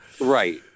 right